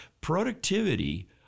productivity